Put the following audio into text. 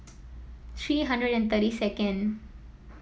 three hundred and thirty second